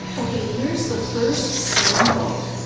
okay here's the first sample